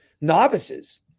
novices